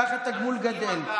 ככה התגמול גדל.